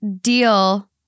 deal